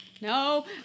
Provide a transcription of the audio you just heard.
No